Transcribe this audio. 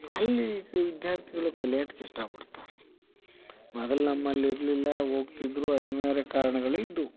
ಅಲ್ಲಿಗೆ ವಿದ್ಯಾರ್ಥಿಗಳು ಕಲಿಯಕ್ಕ ಇಷ್ಟಪಡ್ತಾರೆ ಮೊದಲು ನಮ್ಮಲ್ಲಿ ಇರಲಿಲ್ಲ ಹೋಗ್ತಿದ್ರು ಅನಿವಾರ್ಯ ಕಾರಣಗಳಿದ್ದವು